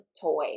toy